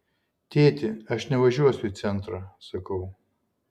tėti aš nevažiuosiu į centrą sakau